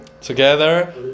Together